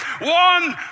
One